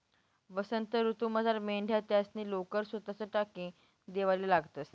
वसंत ऋतूमझार मेंढ्या त्यासनी लोकर सोताच टाकी देवाले लागतंस